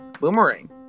boomerang